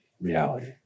reality